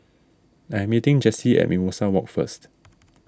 I am meeting Jessy at Mimosa Walk first